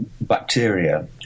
bacteria